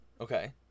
Okay